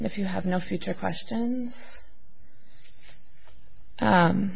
and if you have no future questions